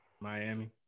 Miami